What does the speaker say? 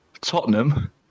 Tottenham